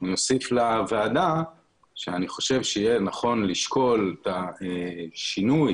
חושב שיהיה נכון לשקול את השינוי